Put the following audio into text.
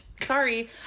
Sorry